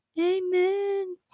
Amen